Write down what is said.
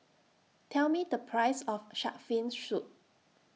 Tell Me The Price of Shark's Fin Soup